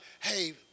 hey